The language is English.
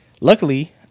luckily